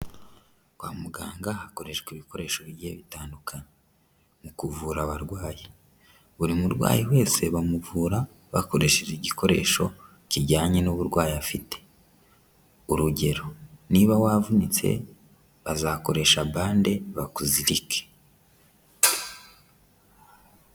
Kwa muganga hakoreshwa ibikoresho bigiye bitandukanye mu kuvura abarwayi, buri murwayi wese bamuvura bakoresheje igikoresho kijyanye n'uburwayi afite, urugero niba wavunitse bazakoresha bande bakuzirike.